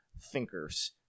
thinkers